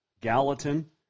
Gallatin